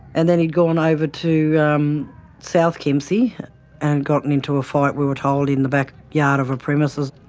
and then he'd gone over to um south kempsey and gotten into a fight, we were told, in the backyard yeah but of a premises.